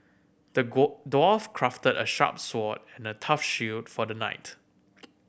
the dwarf crafted a sharp sword and a tough shield for the knight